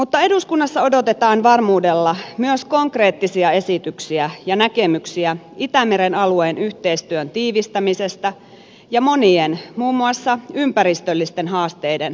mutta eduskunnassa odotetaan varmuudella myös konkreettisia esityksiä ja näkemyksiä itämeren alueen yhteistyön tiivistämisestä ja monien muun muassa ympäristöllisten haasteiden ratkaisemisesta